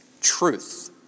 truth